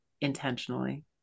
intentionally